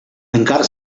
tancar